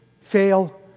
fail